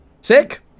Sick